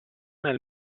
nel